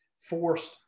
forced